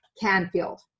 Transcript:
Canfield